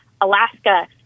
Alaska